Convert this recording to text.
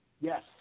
Yes